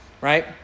right